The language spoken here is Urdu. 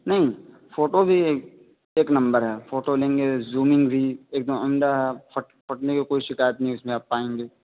نہیں فوٹو بھی ایک ایک نمبر ہے فوٹو لیں گے ژومنگ بھی ایک دم عمدہ ہے پھٹ پھٹنے کا کوئی شکایت نہیں اس میں آپ پائیں گے